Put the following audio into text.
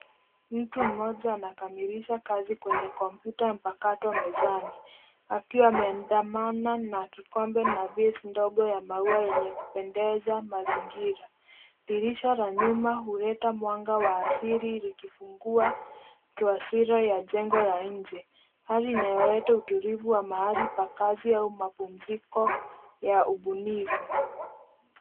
Mtu mmoja anakamilisha kazi kwenye kompyuta mpakato mezani akiwa ameandamana na kikombe na vase ndogo ya maua yenye kupendeza mazingira. Dirisha la nyuma huleta mwanga wa asili likifungua taswira ya jengo la nje. Hali inayoleta utulivu kwa mahali pa kazi au mapumziko ya ubunifu.